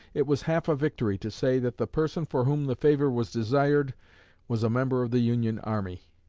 it was half a victory to say that the person for whom the favor was desired was a member of the union army.